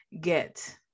get